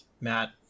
Matt